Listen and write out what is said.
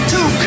Two